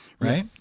right